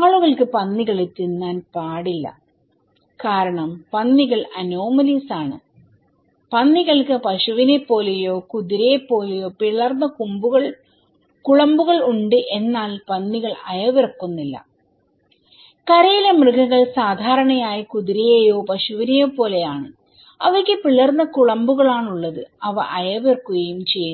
ആളുകൾക്ക് പന്നികളെ തിന്നാൻ കഴിയില്ല കാരണം പന്നികൾ അനോമാലീസ് ആണ് പന്നികൾക്ക് പശുവിനെപ്പോലെയോ കുതിരയെപ്പോലെയോ പിളർന്ന കുളമ്പുകൾ ഉണ്ട് എന്നാൽ പന്നികൾ അയവിറക്കുന്നില്ല കരയിലെ മൃഗങ്ങൾ സാധാരണയായി കുതിരയെയോ പശുവിനെയോ പോലെയാണ് അവയ്ക്ക് പിളർന്ന കുളമ്പുകളാണുള്ളത് അവ അയവിറക്കുകയും ചെയ്യുന്നു